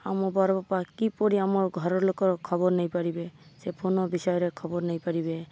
ଆମ ବଡ଼ବାପା କିପରି ଆମର୍ ଘର ଲୋକ ଖବର ନେଇପାରିବେ ସେ ଫୋନ୍ ବିଷୟରେ ଖବର ନେଇପାରିବେ